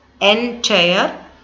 entire